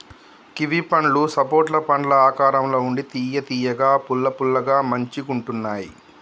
kiwi పండ్లు సపోటా పండ్ల ఆకారం ల ఉండి తియ్య తియ్యగా పుల్ల పుల్లగా మంచిగుంటున్నాయ్